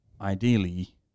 ideally